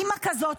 אימא כזו,